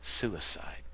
suicide